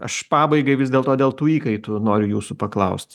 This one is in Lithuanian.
aš pabaigai vis dėlto dėl tų įkaitų noriu jūsų paklaust